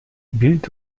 bild